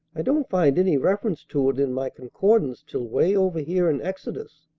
i don't find any reference to it in my concordance till way over here in exodus,